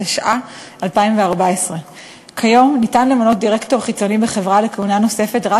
התשע"ה 2014. כיום ניתן למנות דירקטור חיצוני בחברה לכהונה נוספת רק